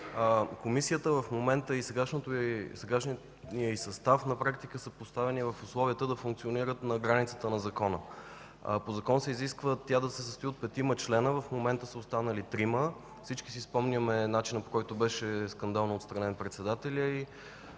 Комисията и сегашният й състав на практика са поставени в условията да функционират на границата на закона. По закон се изисква тя да се състои от петима членове, в момента са останали трима. Всички си спомняме скандалния начин, по който беше отстранен председателят